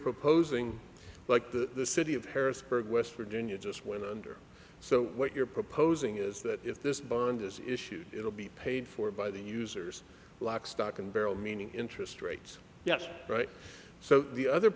proposing like the city of harrisburg west virginia just went under so what you're proposing is that if this bond is issued it will be paid for by the users lock stock and barrel meaning interest rates yes right so the other